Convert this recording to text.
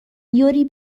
یوری